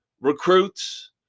recruits